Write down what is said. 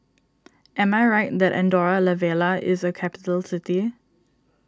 am I right that Andorra La Vella is a capital city